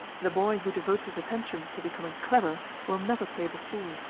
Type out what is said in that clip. the boy who devotes his attention to becoming clever will never play the fool,